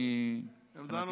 עמדה נוספת,